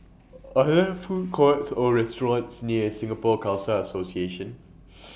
Are There Food Courts Or restaurants near Singapore Khalsa Association